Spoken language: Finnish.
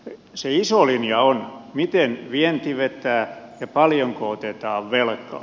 se iso linja on miten vienti vetää ja paljonko otetaan velkaa